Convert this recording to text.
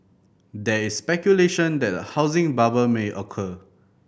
there is speculation that a housing bubble may occur